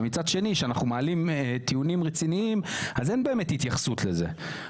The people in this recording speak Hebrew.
כשאנחנו מעלים טיעונים רציניים אז אין באמת התייחסות לזה.